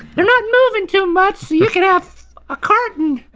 they're not moving too much so you can have a carton.